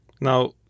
Now